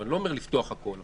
אני לא אומר לפתוח את הכול,